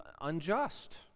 unjust